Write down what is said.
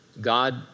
God